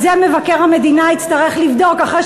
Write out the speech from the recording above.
את זה מבקר המדינה יצטרך לבדוק אחרי